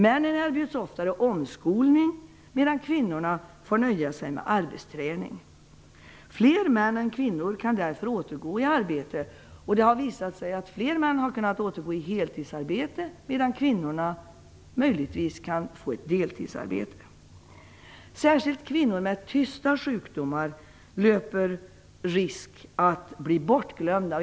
Männen erbjuds oftare omskolning, medan kvinnorna får nöja sig med arbetsträning. Fler män än kvinnor kan därför återgå i arbete, och det har visat sig att fler män har kunnat återgå i heltidsarbete, medan kvinnorna möjligtvis kan få ett deltidsarbete. Särskilt kvinnor med "tysta" sjukdomar löper risk att bli bortglömda.